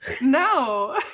no